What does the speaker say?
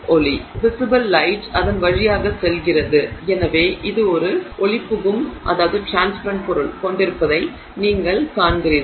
எனவே visible light அதன் வழியாக செல்கிறது எனவே இது ஒரு ஒளி புகும் பொருள் கொண்டிருப்பதை நீங்கள் காண்கிறீர்கள்